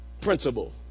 principle